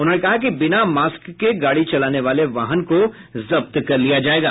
उन्होंने कहा कि बिना मास्क के गाड़ी चलाने वाले वाहन को जब्त कर लिया जायेगा